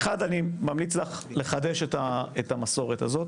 אחד, אני ממליץ לך לחדש את המסורת הזאת.